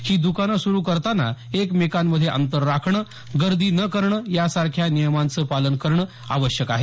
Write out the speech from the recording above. ही द्रकानं सुरू करताना एकमेकांमध्ये अंतर राखणं गर्दी न करणं यासारख्या नियमांचं पालन करणं आवश्यक आहे